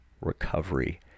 recovery